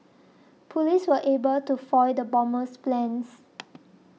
police were able to foil the bomber's plans